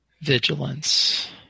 vigilance